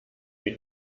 wie